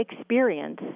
experience